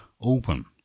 open